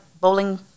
bowling